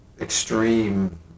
extreme